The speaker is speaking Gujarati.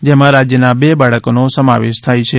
જેમાં રાજ્યના બે બાળકોનો સમાવેશ થાય છે